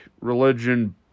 religion